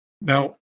Now